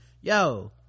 yo